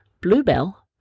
Bluebell